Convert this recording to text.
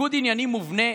ניגוד עניינים מובנה?